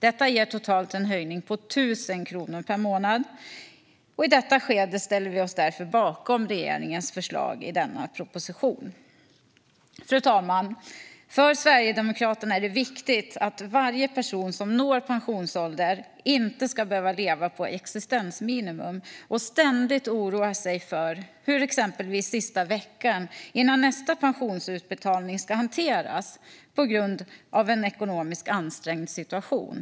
Detta ger totalt en höjning på 1 000 kronor per månad. I detta skede ställer vi oss därför bakom regeringens förslag i denna proposition." Fru talman! För Sverigedemokraterna är det viktigt att varje person som når pensionsålder inte ska behöva leva på existensminimum och ständigt oroa sig för hur exempelvis sista veckan före nästa pensionsutbetalning ska hanteras på grund av en ekonomiskt ansträngd situation.